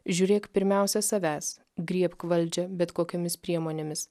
žiūrėk pirmiausia savęs griebk valdžią bet kokiomis priemonėmis